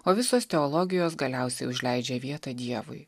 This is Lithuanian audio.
o visos teologijos galiausiai užleidžia vietą dievui